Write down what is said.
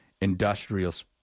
industrials